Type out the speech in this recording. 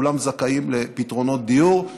כולם זכאים לפתרונות דיור,